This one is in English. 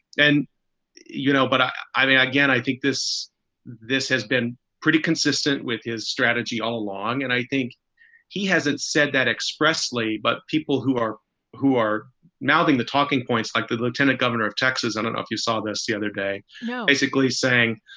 and you know. but i i mean, again, i think this this has been pretty consistent with his strategy all along. and i think he hasn't said that expressly. but people who are who are mouthing the talking points like the lieutenant governor of texas, i don't know if you saw this the other day basically saying,